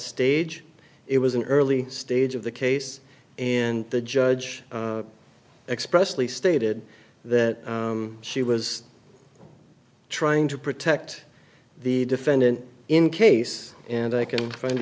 stage it was an early stage of the case and the judge expressly stated that she was trying to protect the defendant in case and i can find the